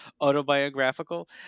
autobiographical